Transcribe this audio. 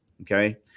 Okay